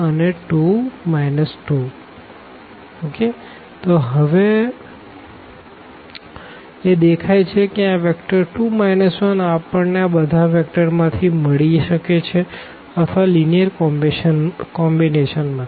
x1 1 y 1 1 2 2 તો હવે એ દેખાઈ છે કે આ વેક્ટર2 1 આપણને આ બધા વેક્ટરમાં થી મળી શકે છે અથવા લીનીઅર કોમ્બીનેશન માંથી